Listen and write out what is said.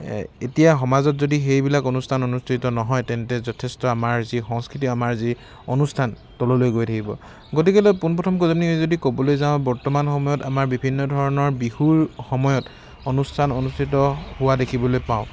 এতিয়া সমাজত যদি সেইবিলাক অনুষ্ঠান অনুস্থিত নহয় তেন্তে যথেষ্ট আমাৰ যি সংস্কৃতি আমাৰ যি অনুষ্ঠান তললৈ গৈ থাকিব গতিকেলৈ পোনপ্ৰথম যদি ক'বলৈ যাওঁ বৰ্তমান সময়ত আমাৰ বিভিন্ন ধৰণৰ বিহুৰ সময়ত অনুষ্ঠান অনুস্থিত হোৱা দেখিবলৈ পাওঁ